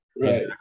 Right